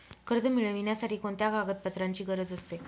कर्ज मिळविण्यासाठी कोणत्या कागदपत्रांची गरज असते?